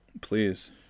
Please